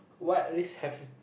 what risk have you